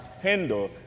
handle